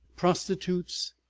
prostitutes,